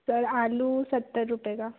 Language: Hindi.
सर आलू सत्तर रुपये का